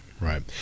Right